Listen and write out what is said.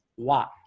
watch